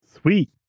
Sweet